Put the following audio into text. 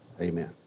amen